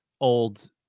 old